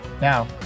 Now